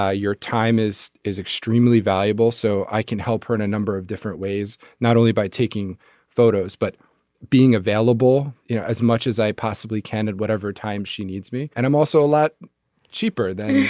ah your time is is extremely valuable so i can help her in a number of different ways not only by taking photos but being available you know as much as i possibly can and whatever time she needs me and i'm also a lot cheaper than